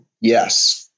yes